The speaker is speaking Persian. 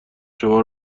شما